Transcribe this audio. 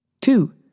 Two